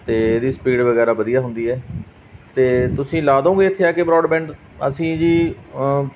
ਅਤੇ ਇਹਦੀ ਸਪੀਡ ਵਗੈਰਾ ਵਧੀਆ ਹੁੰਦੀ ਹੈ ਤੇ ਤੁਸੀਂ ਲਾ ਦਿਉਂਗੇ ਇੱਥੇ ਆ ਕੇ ਬਰੋਡਬੈਂਡ ਅਸੀਂ ਜੀ